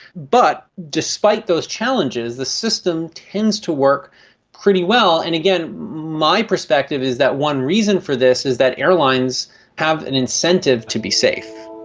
but despite those challenges, the system tends to work pretty well. and again, my perspective is that one reason for this is that airlines have an incentive to be safe.